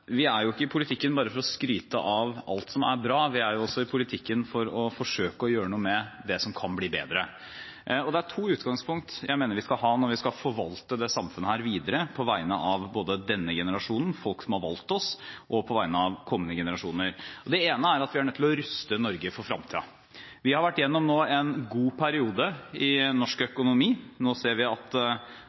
vi er jo ikke i politikken bare for å skryte av alt som er bra. Vi er også i politikken for å forsøke å gjøre noe med det som kan bli bedre. Det er to utgangspunkt jeg mener vi skal ha når vi skal forvalte dette samfunnet videre på vegne av både denne generasjonen – folk som har valgt oss – og kommende generasjon. Det ene er at vi er nødt til å ruste Norge for fremtiden. Vi har nå vært gjennom en god periode i norsk økonomi. Nå ser vi at